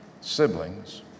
siblings